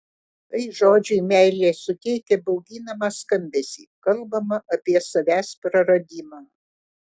tai žodžiui meilė suteikia bauginamą skambesį kalbama apie savęs praradimą